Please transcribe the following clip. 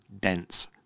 dense